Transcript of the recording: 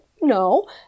No